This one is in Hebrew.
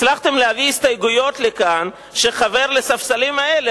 הצלחתם להביא לכאן הסתייגויות שחבר לספסלים האלה,